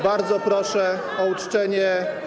Bardzo proszę o uczczenie.